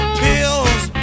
pills